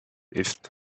ist